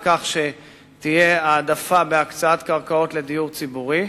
על כך שתהיה העדפה בהקצאת קרקעות לדיור ציבורי.